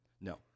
No